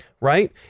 right